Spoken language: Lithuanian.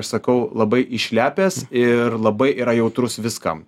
aš sakau labai išlepęs ir labai yra jautrus viskam